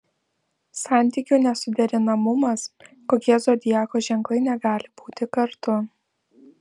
santykių nesuderinamumas kokie zodiako ženklai negali būti kartu